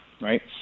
right